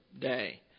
day